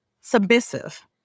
submissive